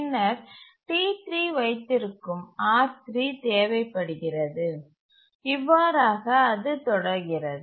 பின்னர் T3 வைத்திருக்கும் R3 தேவைப்படுகிறது இவ்வாறாக அது தொடர்கிறது